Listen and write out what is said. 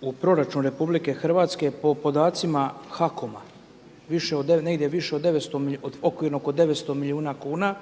u proračun RH po podacima HAKOM-a, negdje više od 900 okvirno oko 900 milijuna kuna